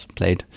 played